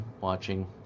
watching